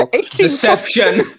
Deception